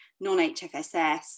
non-HFSS